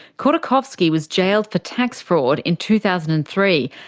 khodorkovsky was jailed for tax fraud in two thousand and three,